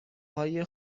های